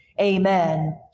amen